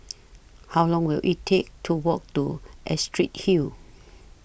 How Long Will IT Take to Walk to Astrid Hill